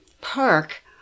park